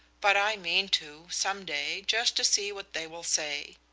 but i mean to, some day, just to see what they will say.